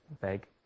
beg